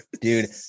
Dude